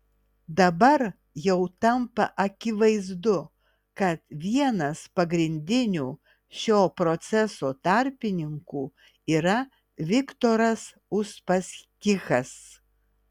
dabar jau tampa akivaizdu kad vienas pagrindinių šio proceso tarpininkų yra viktoras uspaskichas